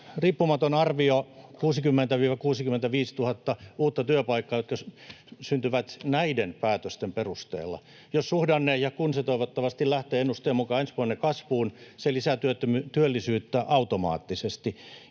riippumaton arvio, että 60 000–65 000 uutta työpaikkaa syntyy näiden päätösten perusteella. Jos — ja toivottavasti: kun — suhdanne lähtee ennusteen mukaan ensi vuonna kasvuun, se lisää työllisyyttä automaattisesti.